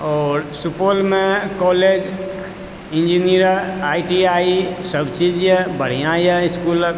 और सुपौलमे college engineering I T I सब चीज येए बढ़िया येए इस्कूलक